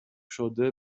شده